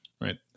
right